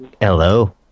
Hello